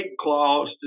clause